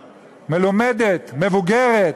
מלומדת, מבוגרת,